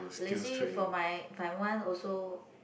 lazy for my if I want also